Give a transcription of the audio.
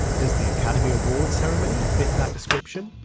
does the academy award ceremony fit that description?